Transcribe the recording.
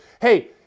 Hey